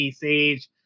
Sage